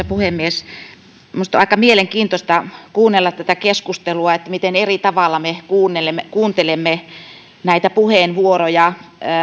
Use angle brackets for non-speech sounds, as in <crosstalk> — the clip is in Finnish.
<unintelligible> puhemies minusta on aika mielenkiintoista kuunnella tätä keskustelua miten eri tavalla me kuuntelemme näitä puheenvuoroja